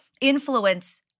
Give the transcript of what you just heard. influence